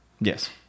Yes